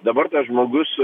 dabar tas žmogus